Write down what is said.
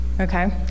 Okay